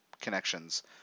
connections